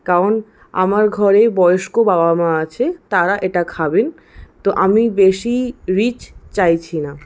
কারণ আমার ঘরে বয়স্ক বাবা মা আছে তারা এটা খাবেন তো আমি বেশি রিচ চাইছি না